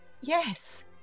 Yes